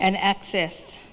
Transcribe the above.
and access